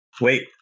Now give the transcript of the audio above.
wait